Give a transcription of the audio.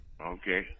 Okay